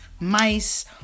mice-